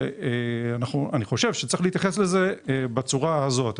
אני חושב שצריך להתייחס בצורה הזאת.